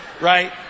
right